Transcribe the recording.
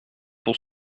pour